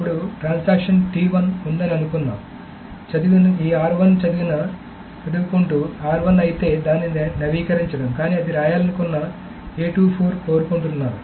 ఇప్పుడుట్రాన్సాక్షన్ ఉందని అనుకుందాం చదివిన ఈ చదువుకుంటూ అయితే దానిని నవీకరించడం కానీ అది రాయాలనుకున్న కోరుకుంటున్నారు